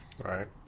Right